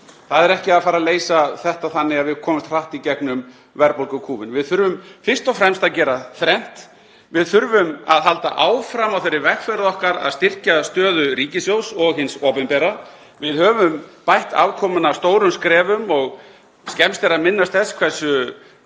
Það er ekki að fara að leysa þetta þannig að við komumst hratt í gegnum verðbólgukúfinn. Við þurfum fyrst og fremst að gera þrennt: Við þurfum að halda áfram á þeirri vegferð okkar að styrkja stöðu ríkissjóðs og hins opinbera. Við höfum bætt afkomuna stórum skrefum og skemmst er að minnast þess hversu